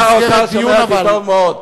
שר האוצר שומע אותי טוב מאוד.